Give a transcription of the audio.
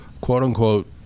quote-unquote